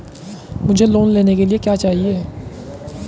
मुझे लोन लेने के लिए क्या चाहिए?